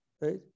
right